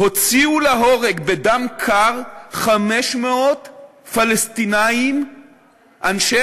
הוציאו להורג בדם קר 500 פלסטינים אנשי